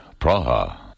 Praha